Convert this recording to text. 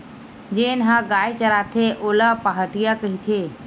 जेन ह गाय चराथे ओला पहाटिया कहिथे